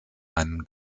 einen